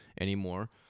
anymore